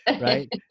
right